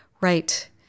right